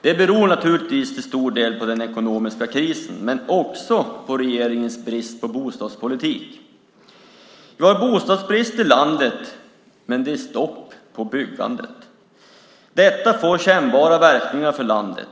Det beror naturligtvis till stor del på den ekonomiska krisen men också på regeringens brist på bostadspolitik. Vi har bostadsbrist i landet, men det är stopp på byggandet. Detta får kännbara verkningar.